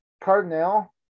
Cardinal